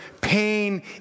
pain